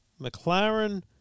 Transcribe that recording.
McLaren